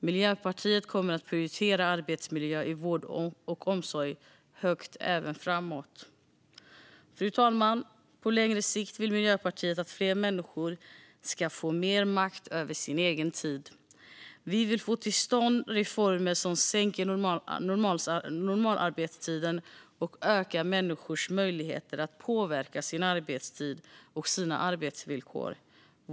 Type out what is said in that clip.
Miljöpartiet kommer att prioritera arbetsmiljö i vård och omsorg högt även framåt. Fru talman! På längre sikt vill Miljöpartiet att fler människor ska få mer makt över sin egen tid. Vi vill få till stånd reformer som sänker normalarbetstiden och ökar människors möjligheter att påverka sin arbetstid och sina arbetsvillkor.